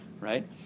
right